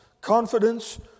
Confidence